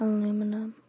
Aluminum